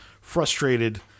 frustrated